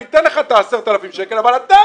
אני אתן לך את ה-10,000 שקלים אבל אתה